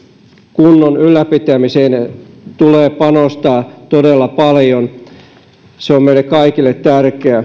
kunnon ylläpitämiseen tulee panostaa todella paljon se on meille kaikille tärkeää